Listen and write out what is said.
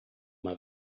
uma